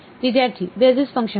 વિદ્યાર્થી basis function